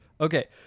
Okay